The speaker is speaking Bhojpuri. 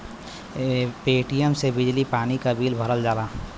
पेटीएम से बिजली पानी क बिल भरल जाला